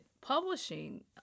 publishing